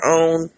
own